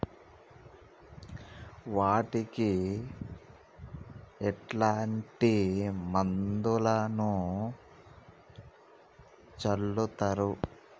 వాటికి ఎట్లాంటి మందులను చల్లుతరు?